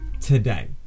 today